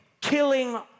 killing